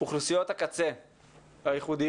אוכלוסיות הקצה הייחודיות,